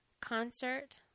concert